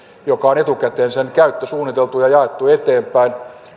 käyttö on etukäteen suunniteltu ja jaettu eteenpäin